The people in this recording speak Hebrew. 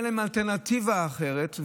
ואין להם אלטרנטיבה אחרת,